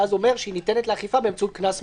ואז אומר שהיא ניתנת לאכיפה באמצעות קנס מנהלי.